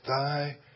thy